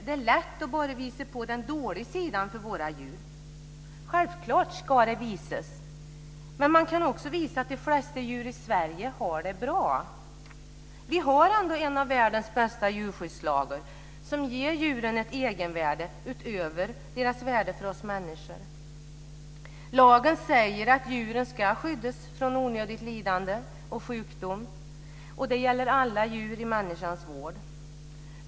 Det är lätt att bara visa på den dåliga sidan för våra djur. Självfallet ska den visas, men man kan också visa att de flesta djur i Sverige har det bra. Vi har ändå en av världens bästa djurskyddslagar, som ger djuren ett egenvärde utöver deras värde för oss människor. Lagen säger att djuren ska skyddas från onödigt lidande och sjukdom. Det gäller alla djur i människans vård.